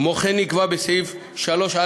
כמו כן נקבע בסעיף 3(א1)